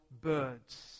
birds